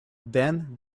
then